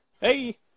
hey